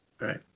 Right